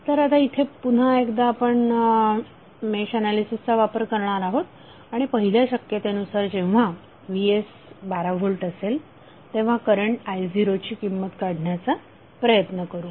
तर आता इथे आपण पुन्हा एकदा मेश ऍनालिसिसचा वापर करणार आहोत आणि पहिल्या शक्यतेनुसार जेव्हा vs12 व्होल्ट असेल तेव्हा करंट I0 ची किंमत काढण्याचा प्रयत्न करू